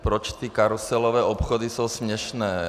Proč ty karuselové obchody jsou směšné?